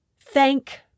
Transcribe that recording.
Thank